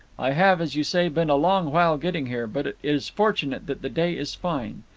i have, as you say, been a long while getting here, but it is fortunate that the day is fine.